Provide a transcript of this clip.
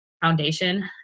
foundation